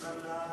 זה חזר,